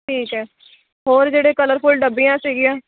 ਠੀਕ ਹੈ ਹੋਰ ਜਿਹੜੇ ਕਲਰਫੁਲ ਡੱਬੀਆਂ ਸੀਗੀਆਂ